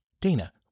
Dana